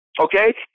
Okay